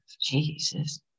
Jesus